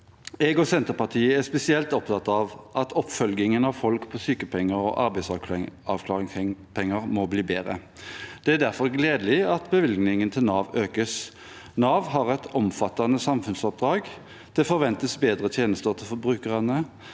Jeg og Senterpartiet er spesielt opptatt av at oppfølgingen av folk på sykepenger og arbeidsavklaringspenger må bli bedre. Det er derfor gledelig at bevilgningen til Nav økes. Nav har et omfattende samfunnsoppdrag. Det forventes bedre tjenester til brukerne,